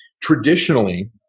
Traditionally